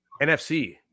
NFC